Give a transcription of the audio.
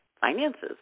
finances